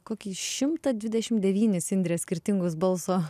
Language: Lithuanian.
kokį šimtą dvidešimt devynis indrės skirtingus balso